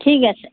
ঠিক আছে